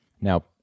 Now